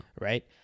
Right